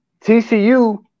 TCU